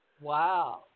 Wow